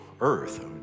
earth